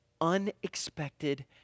unexpected